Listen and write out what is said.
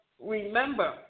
remember